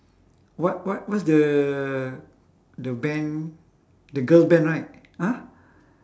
what what what's the the band the girl band right !huh!